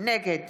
נגד